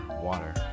water